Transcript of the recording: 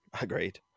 Agreed